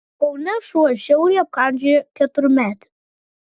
kaune šuo žiauriai apkandžiojo keturmetį